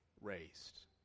raised